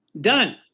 Done